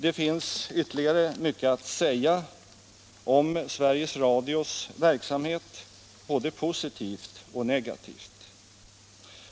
Det finns ytterligare mycket att säga om Sveriges Radios verksamhet, både positivt och negativt.